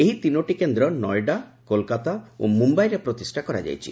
ଏହି ତିନୋଟି କେନ୍ଦ୍ର ନୋଇଡା କୋଲକତା ଓ ମୁମ୍ଭାଇରେ ପ୍ରତିଷ୍ଠା କରାଯାଇଛି